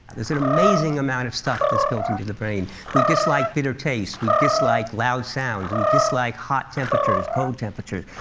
there's an amazing amount of stuff that's built into the brain. we dislike bitter tastes, we dislike loud sounds, we dislike hot temperatures, cold temperatures.